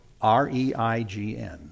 R-E-I-G-N